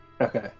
Okay